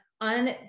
on